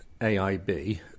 AIB